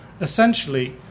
essentially